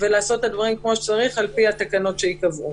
ולעשות את הדברים כפי שצריך לפי התקנות שייקבעו.